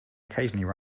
occasionally